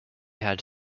had